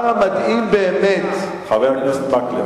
אבל, נקודה אחרונה רציתי להגיד, אדוני היושב-ראש.